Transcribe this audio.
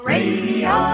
Radio